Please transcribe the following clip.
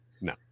No